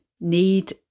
need